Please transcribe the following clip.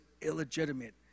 illegitimate